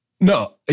No